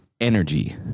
energy